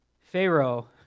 Pharaoh